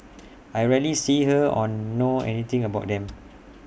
I rarely see her or know anything about them